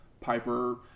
Piper